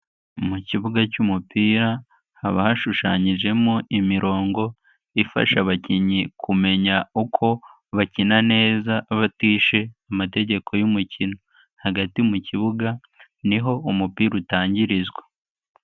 Mu kibuga cy'umupira haba hashushanyijemo imirongo ifasha abakinnyi kumenya uko bakina neza batishe amategeko y'umukino, hagati mu kibuga niho umupira utangirizwa.